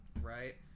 Right